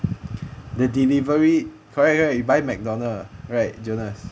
the delivery correct right you buy mcdonald right jonas